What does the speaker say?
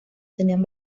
tenían